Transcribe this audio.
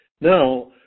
Now